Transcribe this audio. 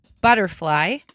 butterfly